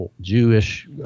Jewish